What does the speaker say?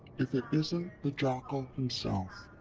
if it isn't the jackal himself!